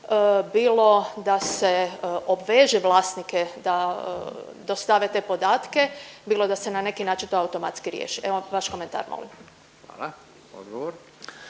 bilo da se obveže vlasnike da dostave te podatke, bilo da se na neki način to automatski riješi. Evo vaš komentar molim. **Radin,